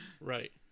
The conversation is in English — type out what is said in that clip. right